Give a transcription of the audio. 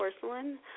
porcelain